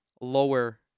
lower